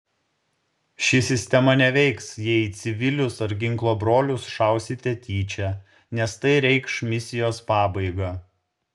ši sistema neveiks jei į civilius ar ginklo brolius šausite tyčia nes tai reikš misijos pabaigą